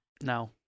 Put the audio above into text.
No